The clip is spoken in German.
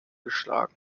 geschlagen